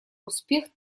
успех